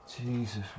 Jesus